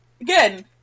Again